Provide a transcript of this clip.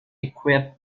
equipped